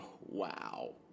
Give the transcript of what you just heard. Wow